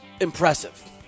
impressive